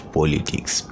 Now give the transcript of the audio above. politics